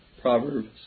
proverbs